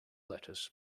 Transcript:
lettuce